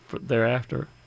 thereafter